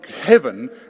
heaven